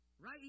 Right